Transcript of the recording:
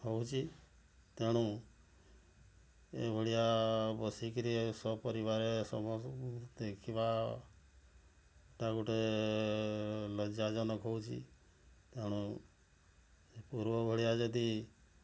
ହେଉଛି ତେଣୁ ଏହିଭଳିଆ ବସିକରି ସପରିବାରେ ସମସ୍ତେ ଦେଖିବାଟା ଗୋଟେ ଲଜ୍ୟାଜନକ ହେଉଛି ତେଣୁ ସେ ପୂର୍ବ ଭଳିଆ ଯଦି